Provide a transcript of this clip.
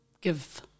give